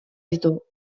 ditu